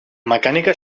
mecànica